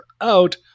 out